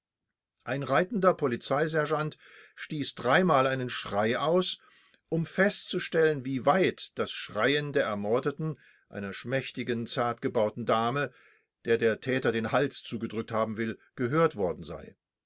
ein reitender polizeisergeant stieß dreimal einen schrei aus um festzustellen wie weit das schreien der ermordeten einer schmächtigen zart gebauten dame der der täter den hals zugedrückt haben will gehört worden sei